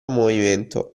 movimento